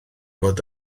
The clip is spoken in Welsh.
fod